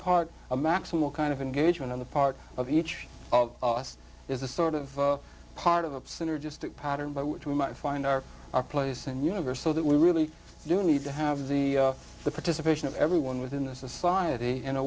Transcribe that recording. part of maximal kind of engagement on the part of each of us is a sort of part of a synergistic pattern by which we might find our our place and universe so that we really do need to have the the participation of everyone within the society in a